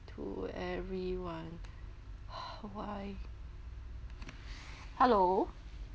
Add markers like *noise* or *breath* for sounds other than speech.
to everyone *breath* why *breath* hello